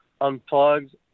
unplugged